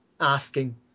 asking